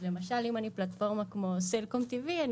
אם אני פלטפורמה כמו סלקום טי.וי.